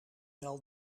wel